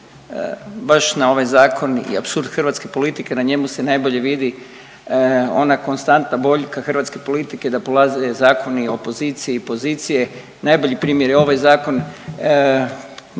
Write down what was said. baš na ovaj zakon i apsurd hrvatske politike, na njemu se najbolje vidi ona konstantna boljka hrvatske politike da prolaze zakoni opozicije i pozicije, najbolji primjer je ovaj zakon.